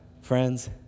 Friends